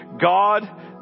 God